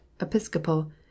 episcopal